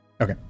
okay